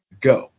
go